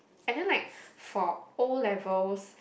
and then like for O-levels